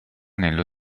nello